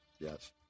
Yes